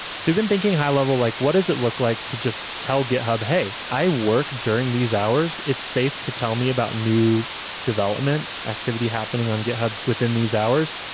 so we've been thinking high-level, like what is it look like to just tell github, hey, i work during these hours. it's safe to tell me about new development activity happening on github within these hours.